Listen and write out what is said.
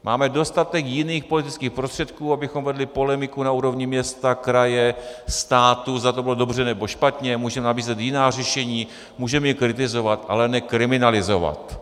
Máme dostatek jiných politických prostředků, abychom vedli polemiku na úrovni města, kraje, státu, zda to bylo dobře, nebo špatně, můžeme nabízet jiná řešení, můžeme i kritizovat, ale ne kriminalizovat.